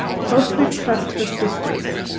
closely pressed her sister's,